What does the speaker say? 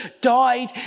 died